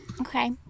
Okay